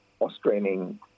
Australian